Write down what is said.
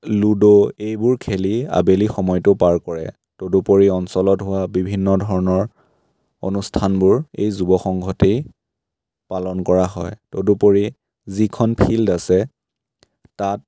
load' এইবোৰ খেলি আবেলি সময়টো পাৰ কৰে তদুপৰি অঞ্চলত হোৱা বিভিন্ন ধৰণৰ অনুষ্ঠানবোৰ এই যুৱসংঘতেই পালন কৰা হয় তদুপৰি যিখন ফিল্ড আছে তাত